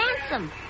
handsome